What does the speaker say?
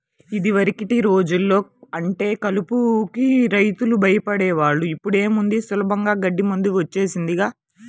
యిదివరకటి రోజుల్లో అంటే కలుపుకి రైతులు భయపడే వాళ్ళు, ఇప్పుడేముంది సులభంగా గడ్డి మందు వచ్చేసిందిగా